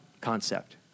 concept